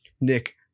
Nick